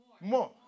more